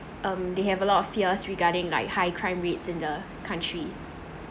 um they have a lot of fears regarding like high crime rates in the country